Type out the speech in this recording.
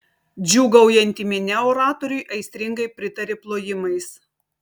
džiūgaujanti minia oratoriui aistringai pritarė plojimais